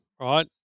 right